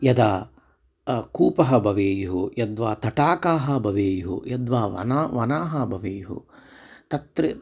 यदा कूपः भवेयुः यद्वा तडागाः भवेयुः यद्वा वना वनाः भवेयुः तत्र